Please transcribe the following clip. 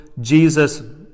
Jesus